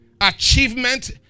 achievement